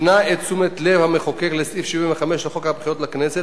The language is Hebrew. הפנה את תשומת לב המחוקק לסעיף 75 לחוק הבחירות לכנסת ,